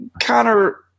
Connor